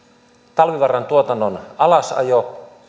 talvivaaran tuotannon alasajo